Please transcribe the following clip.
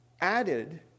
added